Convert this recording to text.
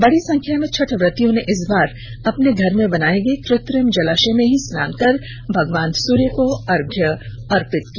बड़ी संख्या में छठव्रतियों ने इस बार अपने घर में बनाये गये कृत्रिम जलाशय में ही स्नान कर भगवान सूर्य को अर्घ्य अर्पित किया